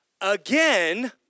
again